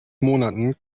monaten